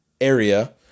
area